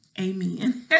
Amen